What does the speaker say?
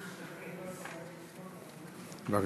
בבקשה.